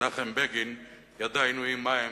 מנחם בגין ידע עינויים מה הם,